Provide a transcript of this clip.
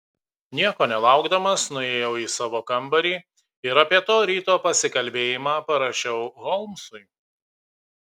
nieko nelaukdamas nuėjau į savo kambarį ir apie to ryto pasikalbėjimą parašiau holmsui